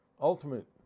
ultimate